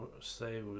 Say